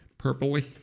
Purpley